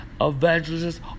evangelists